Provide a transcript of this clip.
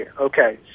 Okay